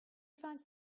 finds